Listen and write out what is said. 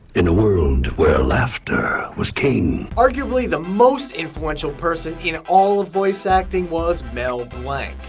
in a world where laughter was king. arguably the most influential person in all of voice-acting was mel blanc.